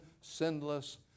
sinless